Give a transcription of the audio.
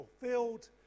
fulfilled